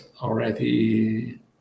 already